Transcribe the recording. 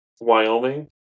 Wyoming